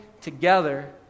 together